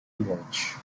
village